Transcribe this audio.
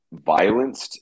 violenced